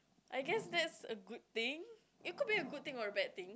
I guess that's a good thing it could be a good thing or a bad thing